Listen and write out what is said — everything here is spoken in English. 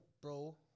bro